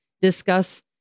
discuss